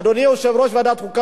אדוני יושב-ראש ועדת החוקה,